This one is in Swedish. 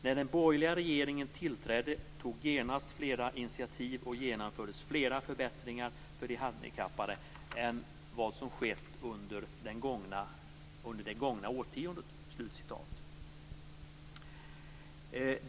När den borgerliga regeringen tillträdde så togs genast flera initiativ och genomfördes fler förbättringar för de handikappade än vad som skett under det gångna årtiondet."